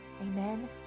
Amen